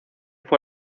fue